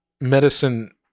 medicine